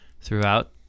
throughout